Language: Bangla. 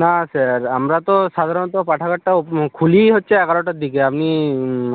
না স্যার আমরা তো সাধারণত পাঠাগারটা ও খুলিই হচ্ছে এগারোটার দিকে আপনি